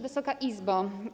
Wysoka Izbo!